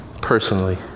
personally